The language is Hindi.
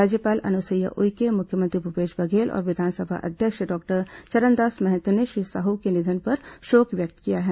राज्यपाल अनुसुईया उइके मुख्यमंत्री भूपेश बघेल और विधानसभा अध्यक्ष डॉक्टर चरणदास महंत ने श्री साहू के निधन पर शोक व्यक्त किया है